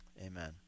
amen